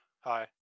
Hi